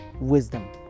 wisdom